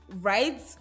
right